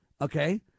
Okay